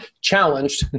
challenged